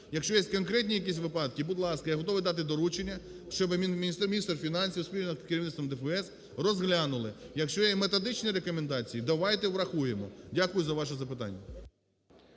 Якщо є конкретні якісь випадки, будь ласка, я готовий дати доручення, щоб міністр фінансів спільно з керівництвом ДФС розглянули. Якщо є методичні рекомендації, давайте врахуємо. Дякую за ваше запитання.